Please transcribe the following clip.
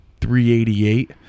388